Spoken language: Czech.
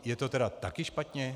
Je to tedy taky špatně?